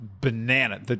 banana